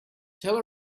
tell